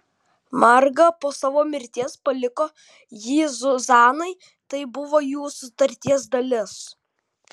marga po savo mirties paliko jį zuzanai tai buvo jų sutarties dalis